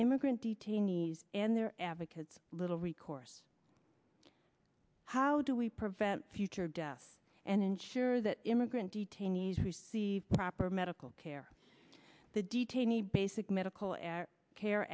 immigrant detainees and their advocates little recourse how do we prevent future deaths and ensure that immigrant detainees receive proper medical care the detainee basic medical care